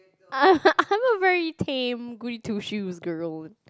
I'm a very tamed goody two shoes girl